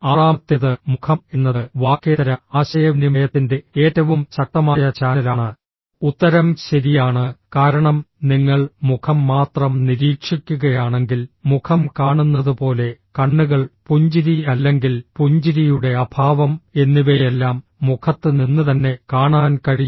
ആറാമത്തേത് മുഖം എന്നത് വാക്കേതര ആശയവിനിമയത്തിന്റെ ഏറ്റവും ശക്തമായ ചാനലാണ് ഉത്തരം ശരിയാണ് കാരണം നിങ്ങൾ മുഖം മാത്രം നിരീക്ഷിക്കുകയാണെങ്കിൽ മുഖം കാണുന്നതുപോലെ കണ്ണുകൾ പുഞ്ചിരി അല്ലെങ്കിൽ പുഞ്ചിരിയുടെ അഭാവം എന്നിവയെല്ലാം മുഖത്ത് നിന്ന് തന്നെ കാണാൻ കഴിയും